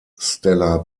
stella